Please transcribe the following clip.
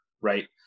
right